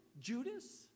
Judas